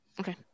Okay